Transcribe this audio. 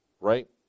Right